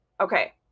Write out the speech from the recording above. okay